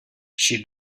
she